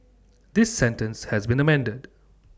this sentence has been amended